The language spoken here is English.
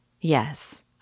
Yes